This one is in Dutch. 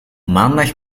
maandag